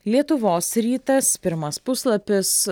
lietuvos rytas pirmas puslapis